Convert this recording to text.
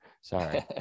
Sorry